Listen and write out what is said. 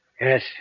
Yes